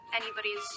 anybody's